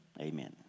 amen